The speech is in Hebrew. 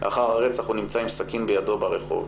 לאחר הרצח הוא נמצא עם סכין בידו ברחוב,